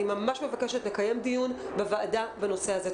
אני ממש מבקשת לקיים דיון בוועדה בנושא הזה.